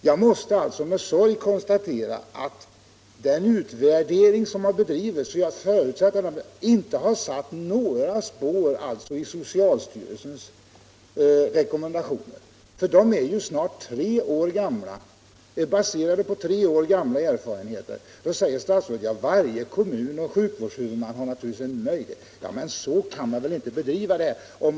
Jag måste alltså med sorg konstatera att den utvärdering som har gjorts — jag förutsätter att en sådan har gjorts — inte har avsatt några spår i socialstyrelsens rekommendationer. De är ju baserade på snart tre år gamla erfarenheter. Men då säger statsrådet att varje kommun och varje sjukvårdshuvudman har möjlighet att använda de former som den själv finner bäst. Så kan man väl inte bedriva detta arbete!